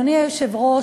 אדוני היושב-ראש,